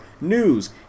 news